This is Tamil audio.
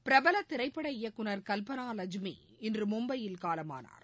பிரபல திரைப்பட இயக்குநர் கல்பனா லஜ்மி இன்று மும்பையில் காலமானார்